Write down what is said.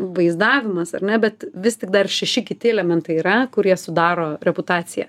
vaizdavimas ar ne bet vis tik dar šeši kiti elementai yra kurie sudaro reputaciją